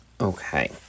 Okay